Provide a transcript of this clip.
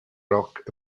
rock